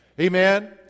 Amen